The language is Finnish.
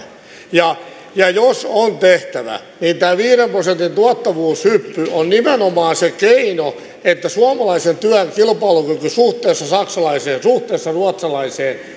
ja ja jos on tehtävä niin tämä viiden prosentin tuottavuushyppy on nimenomaan se keino että suomalaisen työn kilpailukyky suhteessa saksalaiseen suhteessa ruotsalaiseen